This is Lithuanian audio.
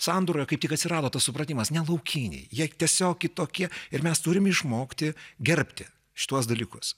sandūroje kai tik atsirado tas supratimas ne laukiniai jie tiesiog kitokie ir mes turim išmokti gerbti šituos dalykus